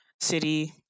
city